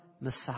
messiah